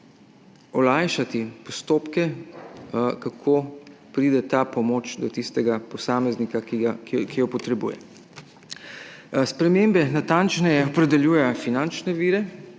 olajšati postopke, kako pride ta pomoč do tistega posameznika, ki jo potrebuje. Spremembe natančneje opredeljuje finančne vire